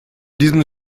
diesen